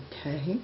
Okay